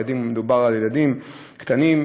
אם מדובר על ילדים קטנים,